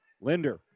Linder